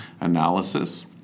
analysis